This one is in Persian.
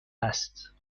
است